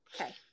okay